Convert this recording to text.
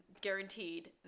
guaranteed